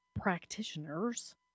practitioners